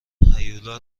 هیولا